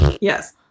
yes